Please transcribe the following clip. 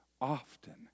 often